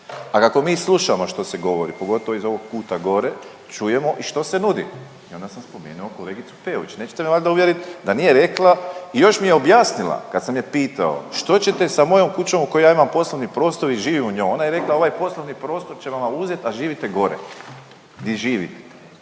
A kako mi slušamo što se govori, pogotovo iz ovog kuta gore, čujemo i što se nudi i onda sam spomenuo kolegicu Peović, nećete me valjda uvjeriti da nije rekla i još mi je objasnila kad sam je pitao, što ćete sa mojom kućom u kojoj ja imam poslovni prostor i živim u njoj, ona je rekla ovaj poslovni prostor ćemo vam uzet, a živite gore .../Govornik